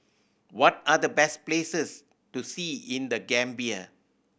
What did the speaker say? what are the best places to see in The Gambia